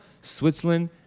Switzerland